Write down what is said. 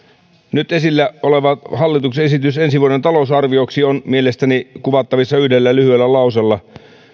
nyt esillä oleva hallituksen esitys ensi vuoden talousarvioksi on mielestäni kuvattavissa yhdellä lyhyellä lauseella